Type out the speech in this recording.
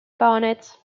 barnett